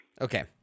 Okay